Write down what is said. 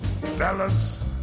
Fellas